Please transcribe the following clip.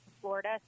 Florida